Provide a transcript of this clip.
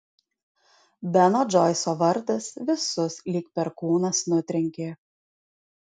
beno džoiso vardas visus lyg perkūnas nutrenkė